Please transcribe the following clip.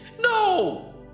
no